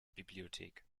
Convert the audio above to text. bibliothek